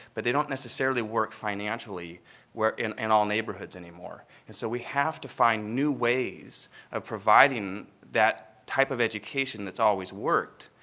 but they don't necessarily work financially in and all neighborhoods any more. and so we have to find new ways of providing that type of education that's always worked.